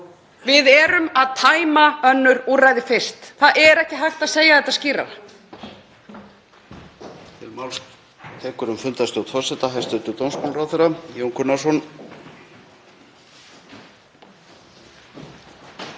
Við erum að tæma önnur úrræði fyrst. Það er ekki hægt að segja þetta skýrar.